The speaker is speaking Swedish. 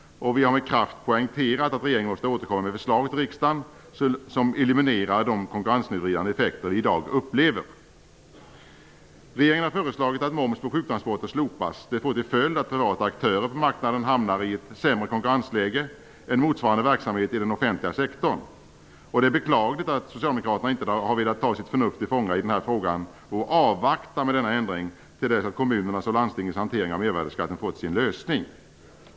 Vi har med kraft poängterat att regeringen måste återkomma med förslag till riksdagen som eliminerar de konkurrenssnedvridande effekter vi upplever i dag. Regeringen har föreslagit att moms på sjuktransporter slopas. Det får till följd att privata aktörer på marknaden hamnar i ett sämre konkurrensläge än motsvarande verksamhet i den offentliga sektorn. Det är beklagligt att socialdemokraterna inte har velat ta sitt förnuft till fånga i den här frågan och avvakta med denna ändring till dess att kommunernas och landstingens hantering av mervärdesskatten fått sin lösning.